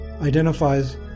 identifies